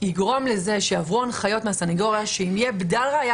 יגרום לזה שיעברו הנחיות מהסנגוריה שאם תהיה בדל ראיה,